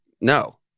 no